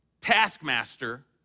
taskmaster